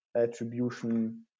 attribution